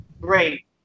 great